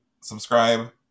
subscribe